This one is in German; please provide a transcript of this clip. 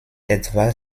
etwa